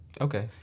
Okay